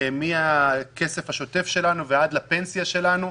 מהכסף השוטף שלנו עד לפנסיה שלנו.